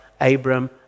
Abram